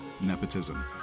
Nepotism